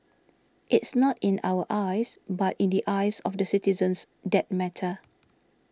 it's not in our eyes but in the eyes of the citizens that matter